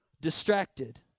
distracted